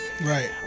Right